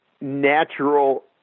natural